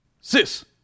Sis